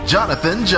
Jonathan